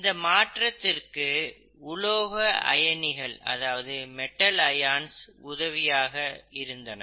இந்த மாற்றத்திற்கு உலோக அயனிகள் உதவியாக இருந்தன